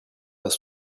pas